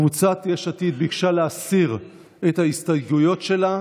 קבוצת יש עתיד ביקשה להסיר את ההסתייגויות שלה.